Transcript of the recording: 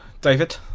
David